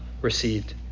received